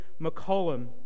McCollum